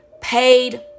paid